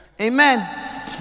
Amen